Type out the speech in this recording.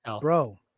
bro